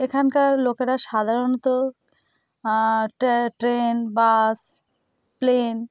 এখানকার লোকেরা সাধারণত ট্রেন বাস প্লেন